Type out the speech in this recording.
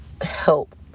help